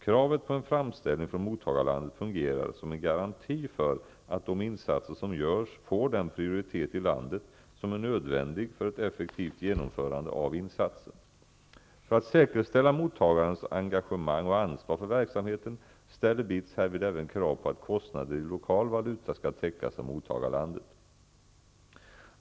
Kravet på en framställning från mottagarlandet fungerar som en garanti för att de insatser som görs får den prioritet i landet som är nödvändig för ett effektivt genomförande av insatsen. För att säkerställa mottagarens engagemang och ansvar för verksamheten ställer BITS härvid även krav på att kostnader i lokal valuta skall täckas av mottagarlandet.